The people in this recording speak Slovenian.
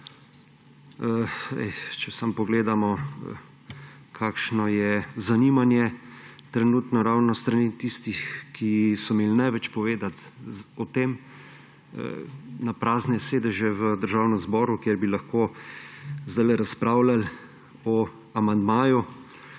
Če samo pogledamo, kakšno je zanimanje trenutno ravno s strani tistih, ki so imeli največ povedati o tem, na prazne sedeže v Državnem zboru, kjer bi lahko sedajle razpravljali o amandmaju,